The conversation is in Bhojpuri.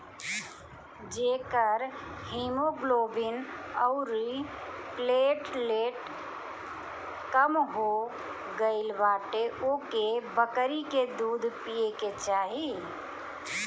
जेकर हिमोग्लोबिन अउरी प्लेटलेट कम हो गईल बाटे ओके बकरी के दूध पिए के चाही